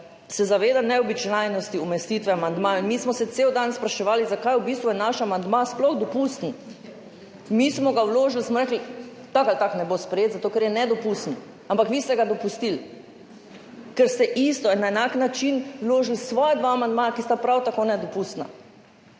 se zaveda neobičajnosti umestitve amandmajev. Mi smo se cel dan spraševali, zakaj v bistvu je naš amandma sploh dopusten. Mi smo ga vložili, smo rekli, tako ali tako ne bo sprejet, zato ker je nedopusten, ampak vi ste ga dopustili, ker ste isto, na enak način vložili svoja dva amandmaja, ki sta prav tako nedopustna.